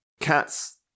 cats